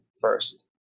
first